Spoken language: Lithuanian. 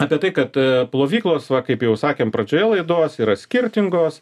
apie tai kad plovyklos va kaip jau sakėm pradžioje laidos yra skirtingos